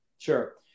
Sure